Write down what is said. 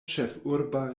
ĉefurba